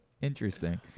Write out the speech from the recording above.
Interesting